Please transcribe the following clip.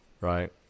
right